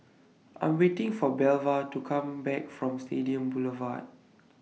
I Am waiting For Belva to Come Back from Stadium Boulevard